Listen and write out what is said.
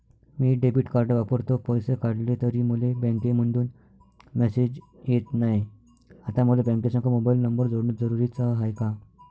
मी debit card वापरतो, पैसे काढले तरी मले बँकेमंधून मेसेज येत नाय, आता मले बँकेसंग मोबाईल नंबर जोडन जरुरीच हाय का?